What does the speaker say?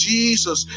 Jesus